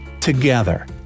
Together